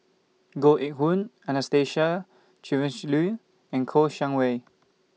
Koh Eng Hoon Anastasia Tjendri Liew and Kouo Shang Wei